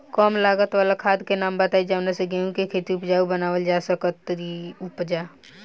कम लागत वाला खाद के नाम बताई जवना से गेहूं के खेती उपजाऊ बनावल जा सके ती उपजा?